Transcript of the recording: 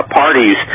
parties